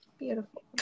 beautiful